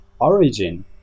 Origin